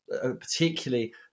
particularly